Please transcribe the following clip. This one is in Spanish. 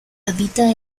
habita